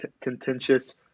contentious